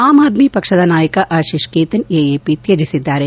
ಅಮ್ ಅದ್ನಿ ಪಕ್ಷದ ನಾಯಕ ಆಶಿಷ್ ಕೇತನ್ ಎಎಪಿ ತ್ನಜಿಸಿದ್ದಾರೆ